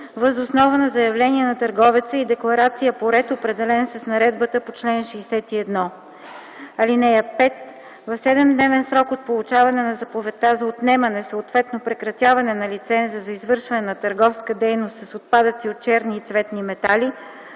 въз основа на заявление на търговеца и декларация по ред, определен с наредбата по чл. 61. (5) В 7-дневен срок от получаването на заповедта за отнемане, съответно прекратяване, на лиценза за извършване на търговска дейност с отпадъци от черни и цветни метали